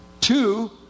Two